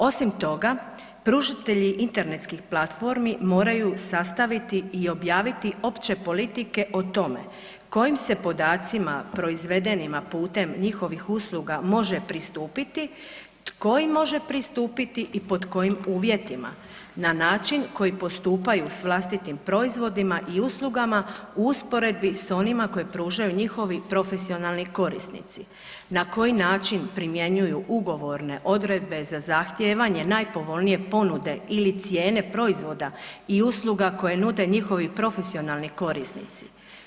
Osim toga, pružatelji internetskih platformi moraju sastaviti i objaviti opće politike o tome kojim se podacima proizvedenima putem njihovih usluga može pristupiti, tko im može pristupiti i pod kojim uvjetima na način koji postupaju s vlastitim proizvodima i uslugama u usporedbi s onima koji pružaju njihovi profesionalni korisnici, na koji način primjenjuju ugovorne odredbe za zahtijevanje najpovoljnije ponude ili cijene proizvoda i usluga koje nude njihovi profesionalni korisnici.